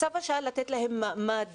צו השעה לתת להם מעמד